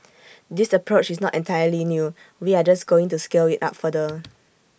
this approach is not entirely new we are just going to scale IT up further